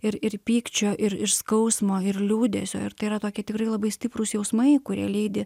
ir ir pykčio ir ir skausmo ir liūdesio ir tai yra tokie tikrai labai stiprūs jausmai kurie lydi